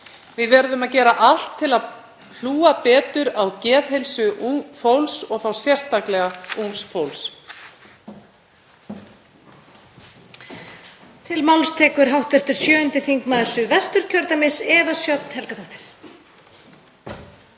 Við verðum að gera allt til að hlúa betur að geðheilsu fólks og þá sérstaklega ungs fólks.